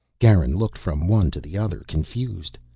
garin looked from one to the other, confused.